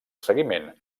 seguiment